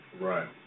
Right